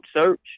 search